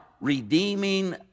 redeeming